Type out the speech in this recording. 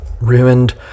ruined